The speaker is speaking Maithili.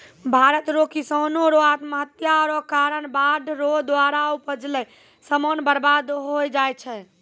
भारत रो किसानो रो आत्महत्या रो कारण बाढ़ रो द्वारा उपजैलो समान बर्बाद होय जाय छै